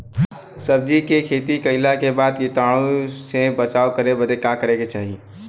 सब्जी के खेती कइला के बाद कीटाणु से बचाव करे बदे का करे के चाही?